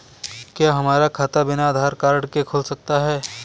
क्या हमारा खाता बिना आधार कार्ड के खुल सकता है?